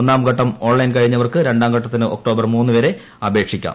ഒന്നാം ഘട്ടം ഓൺലൈൻ ചെയ്തു കഴിഞ്ഞവർക്ക് രണ്ടാം ഘട്ടത്തിന് ഒക്ടോബർ മൂന്ന് വരെ അപേക്ഷിക്കാം